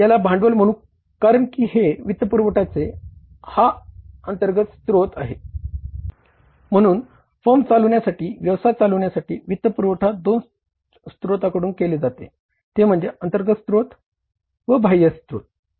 आपण याला भांडवल म्हणू कारण की हे वित्तपुरवठयाचे हा अंतर्गत स्त्रोत तयार करीत आहोत